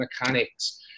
mechanics